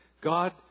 God